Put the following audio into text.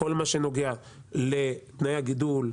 כל מה שנוגע לתנאי הגידול,